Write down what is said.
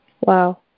Wow